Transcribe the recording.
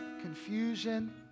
confusion